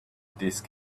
disk